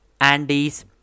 Andes